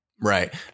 right